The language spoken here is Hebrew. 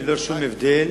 ללא שום הבדל